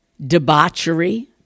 debauchery